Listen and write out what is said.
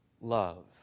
love